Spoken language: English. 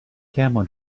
camel